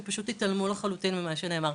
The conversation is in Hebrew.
שפשוט התעלמו לחלוטין מכל מה שנאמר.